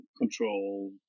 control